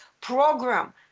program